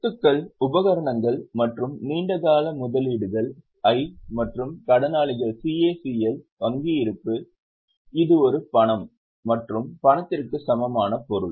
சொத்துக்கள் உபகரணங்கள் மற்றும் நீண்ட கால முதலீடுகள் I மற்றும் கடனாளிகள் CACL வங்கி இருப்பு இது ஒரு பணம் மற்றும் பணத்திற்கு சமமான பொருள்